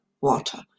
water